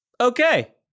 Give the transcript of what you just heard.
okay